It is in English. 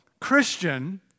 Christian